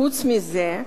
חוץ מזה,